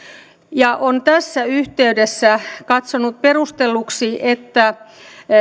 ja on tässä yhteydessä katsonut perustelluksi että